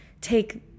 take